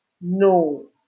No